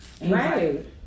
Right